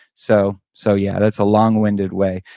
so so yeah, that's a long-winded way.